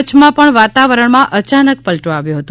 કચ્છમાં પણ વાતાવરણમાં અનાચક પલટો આવ્યો હતો